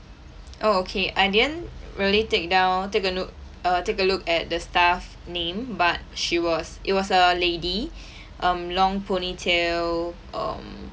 oh okay I didn't really take down take a look err take a look at the staff name but she was it was a lady mm long ponytail um